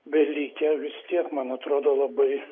belikę vis tiek man atrodo labai